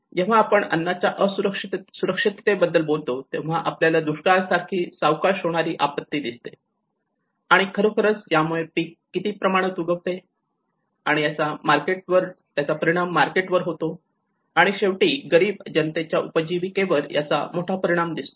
जेव्हा आपण अन्नाच्या सुरक्षिततेबद्दल बोलतो आपल्याला दुष्काळा सारखी सावकाश होणारी आपत्ती दिसते आणि खरोखर यामुळे पिक किती प्रमाणात उगवते आणि याचा परिणाम मार्केट वर होतो आणि त्यामुळे शेवटी गरीब जनतेच्या उपजीविकेवर याचा मोठा परिणाम दिसतो